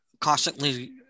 constantly